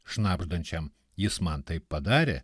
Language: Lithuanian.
šnabždančiam jis man taip padarė